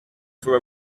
for